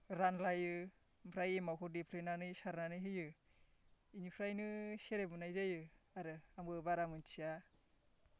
रानलायो ओमफ्राय एमावखौ देफ्रेनानै सारनानै होयो बेनिफ्रायनो सेरेप मोननाय जायो आरो आंबो बारा मिथिया